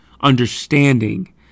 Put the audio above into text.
understanding